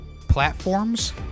platforms